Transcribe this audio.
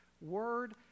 word